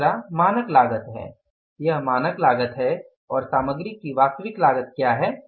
दूसरा मानक लागत है यह मानक लागत है और सामग्री की वास्तविक लागत क्या है